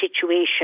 situation